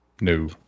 No